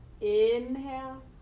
Inhale